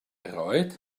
erioed